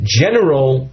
general